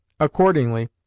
Accordingly